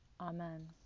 Amen